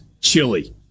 chili